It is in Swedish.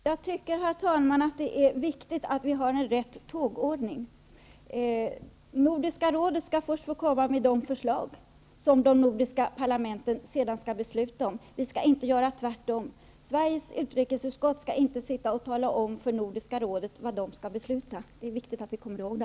Herr talman! Jag tycker att det är viktigt med en korrekt tågordning. Nordiska rådet skall först få komma med förslag som sedan de nordiska parlamenten skall fatta beslut om. Vi skall inte göra tvärtom. Sveriges utrikesutskott skall inte tala om för Nordiska rådet vad rådet skall besluta. Det är viktigt att komma ihåg det.